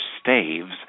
staves